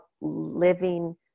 living